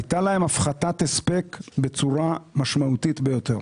הייתה להן הפחתת הספק בצורה משמעותית ביותר.